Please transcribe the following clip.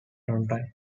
runtime